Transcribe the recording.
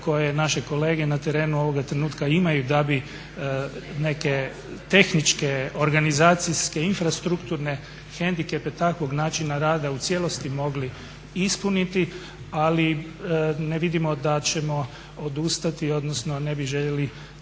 koje naše kolege na terenu ovoga trenutka imaju da bi neke tehničke, organizacijske, infrastrukturne hendikepe takvog načina rada u cijelosti mogli ispuniti ali ne vidimo da ćemo odustati odnosno ne bi željeli